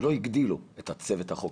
לא הגדילו את צוות החוקרים.